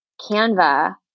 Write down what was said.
Canva